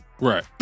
Right